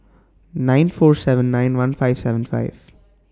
nine four seven nine one five seven five